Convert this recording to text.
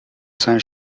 saint